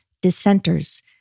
dissenters